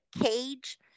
cage